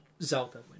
Zelda